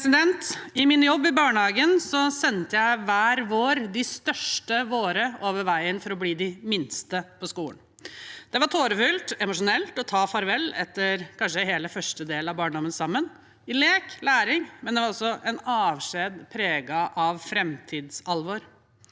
I min jobb i barnehagen sendte jeg hver vår de største barna våre over veien – for å bli de minste på skolen. Det var tårefylt og emosjonelt å ta farvel etter kanskje hele første del av barndommen sammen – i lek og læring – men det var også en avskjed preget av framtidsalvor.